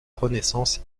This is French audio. renaissance